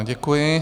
Děkuji.